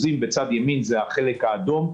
בצד ימין זה החלק האדום.